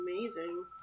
amazing